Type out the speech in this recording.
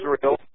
Israel